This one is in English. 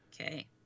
Okay